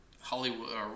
Hollywood